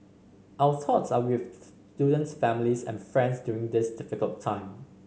our thoughts are with student's families and friends during this difficult time